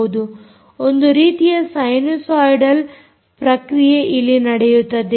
ಒಂದು ರೀತಿಯ sinusoidal ಪ್ರಕ್ರಿಯೆ ಇಲ್ಲಿ ನಡೆಯುತ್ತದೆ